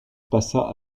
passa